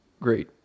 Great